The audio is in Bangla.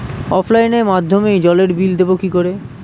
অফলাইনে মাধ্যমেই জলের বিল দেবো কি করে?